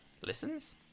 Listens